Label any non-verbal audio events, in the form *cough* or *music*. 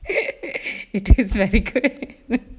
*laughs* it is very good *laughs*